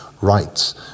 rights